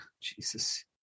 Jesus